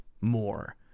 more